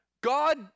God